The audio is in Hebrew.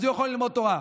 אז הוא יכול ללמוד תורה.